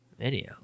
Video